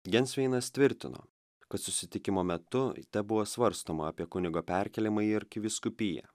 gensveinas tvirtino kad susitikimo metu tebuvo svarstoma apie kunigo perkėlimą į arkivyskupiją